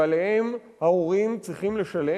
ועליהן ההורים צריכים לשלם,